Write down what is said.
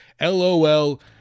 LOL